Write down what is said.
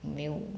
没有